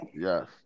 Yes